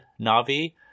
Navi